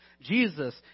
Jesus